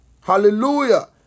hallelujah